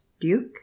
duke